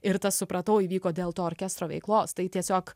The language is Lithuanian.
ir tas supratau įvyko dėl to orkestro veiklos tai tiesiog